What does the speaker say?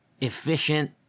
efficient